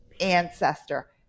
ancestor